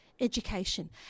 education